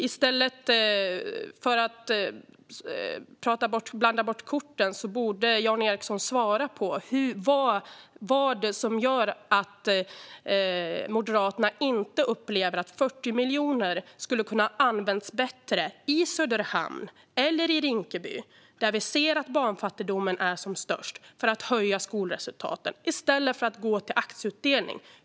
I stället för att blanda bort korten borde Jan Ericson svara på vad som gör att Moderaterna inte upplever att 40 miljoner skulle ha kunnat användas bättre för att höja skolresultaten i Söderhamn eller Rinkeby, där barnfattigdomen är som störst, i stället för att gå till aktieutdelning.